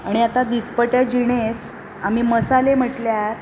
आतां दिसपट्या जिणेंत आमी मसाले म्हटल्यार